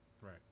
Right